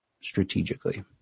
strategically